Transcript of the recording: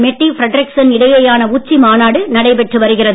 மெட்டி ஃபிரெட்ரிக்ஸன் இடையேயான உச்சி மாநாடு நடைபெற்று வருகிறது